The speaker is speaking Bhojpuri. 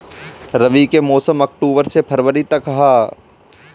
रबी के मौसम अक्टूबर से फ़रवरी तक ह